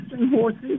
horses